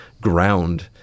ground